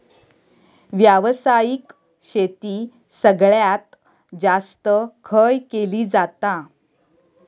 व्यावसायिक शेती सगळ्यात जास्त खय केली जाता?